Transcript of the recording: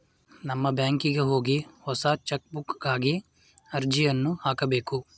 ನಮ್ಮ ಬ್ಯಾಂಕಿಗೆ ಹೋಗಿ ಹೊಸ ಚೆಕ್ಬುಕ್ಗಾಗಿ ಅರ್ಜಿಯನ್ನು ಹಾಕಬೇಕು